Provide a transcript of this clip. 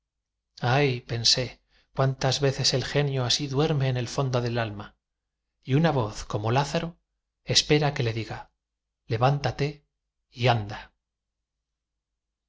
ay pensé cuántas veces el genio así duerme en el fondo del alma y una voz como lázaro espera que le diga levántate y anda